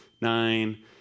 nine